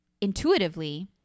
intuitively